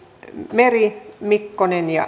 meri mikkonen ja